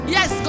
Yes